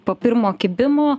po pirmo kibimo